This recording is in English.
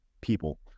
people